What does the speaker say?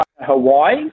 Hawaii